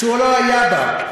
שהוא לא היה בה.